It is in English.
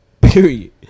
Period